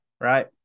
right